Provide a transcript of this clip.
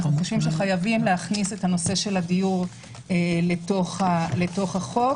אנחנו חושבים שחייבים להכניס את נושא הדיור לתוך החוק.